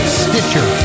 stitcher